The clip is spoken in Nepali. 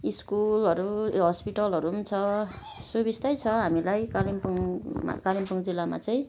स्कुलहरू हस्पिटलहरू पनि छ सुबिस्तै छ हामीलाई कालेम्पोङमा कालिम्पोङ जिल्लामा चाहिँ